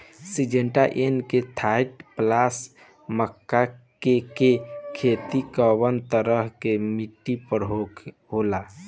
Syngenta NK thirty plus मक्का के के खेती कवना तरह के मिट्टी पर होला?